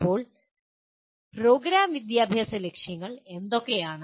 ഇപ്പോൾ പ്രോഗ്രാം വിദ്യാഭ്യാസ ലക്ഷ്യങ്ങൾ എന്തൊക്കെയാണ്